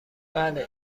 بله